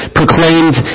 proclaimed